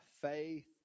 faith